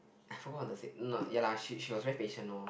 I forgot what does it n~ ya lah she she was very patient lor